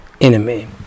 enemy